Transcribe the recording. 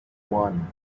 one